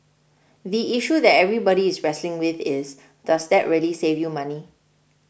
the issue that everybody is wrestling with is does that really save you money